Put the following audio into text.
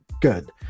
good